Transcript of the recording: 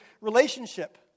relationship